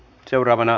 leikataan